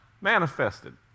manifested